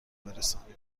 برسانیم